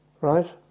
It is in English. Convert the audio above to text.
Right